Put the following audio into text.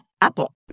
Apple